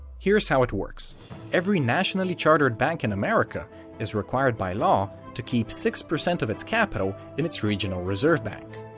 here's how it works every nationally-chartered bank in america is required by law to keep six percent of its capital in its regional reserve bank.